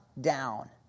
down